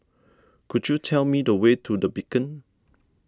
could you tell me the way to the Beacon